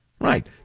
Right